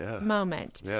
moment